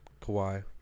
Kawhi